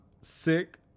sick